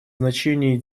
значение